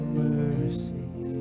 mercy